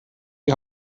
die